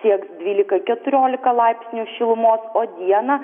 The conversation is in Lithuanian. sieks dvylika keturiolika laipsnių šilumos o dieną